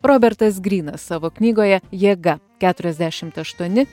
robertas grynas savo knygoje jėga keturiasdešimt aštuoni